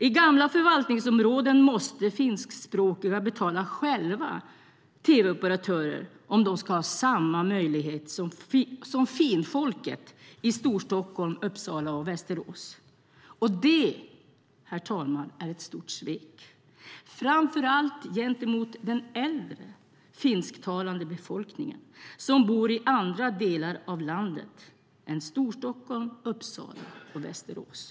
I gamla förvaltningsområden måste finskspråkiga själva betala tv-operatörer om de ska ha samma möjlighet som finfolket i Storstockholm, Uppsala och Västerås. Detta, herr talman, är ett stort svek - framför allt gentemot den äldre finsktalande befolkningen som bor i andra delar av landet än Storstockholm, Uppsala och Västerås.